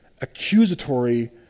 accusatory